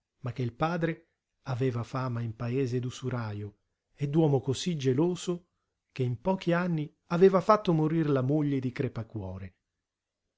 il padre aveva fama in paese d'usurajo e d'uomo cosí geloso che in pochi anni aveva fatto morir la moglie di crepacuore